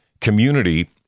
Community